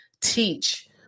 teach